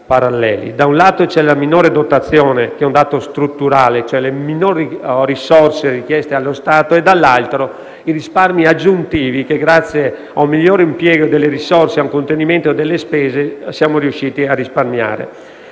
da un lato, c'è la minore dotazione, che è un dato strutturale, e cioè le minori risorse richieste allo Stato; dall'altro, i risparmi aggiuntivi che, grazie ad un migliore impiego delle risorse e a un contenimento delle spese, siamo riusciti a conseguire.